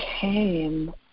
came